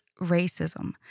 racism